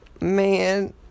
Man